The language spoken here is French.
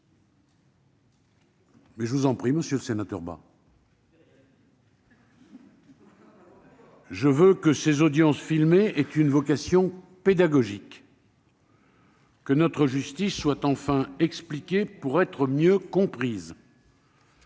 C'est même tout le contraire : je veux que ces audiences filmées aient une vocation pédagogique, que notre justice soit enfin expliquée pour être mieux comprise.